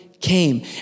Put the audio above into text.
came